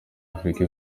africa